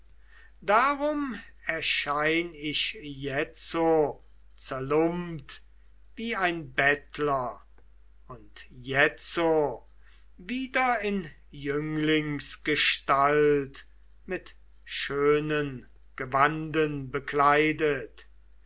darum erschein ich jetzo zerlumpt wie ein bettler und jetzo wieder in jünglingsgestalt mit schönen gewanden bekleidet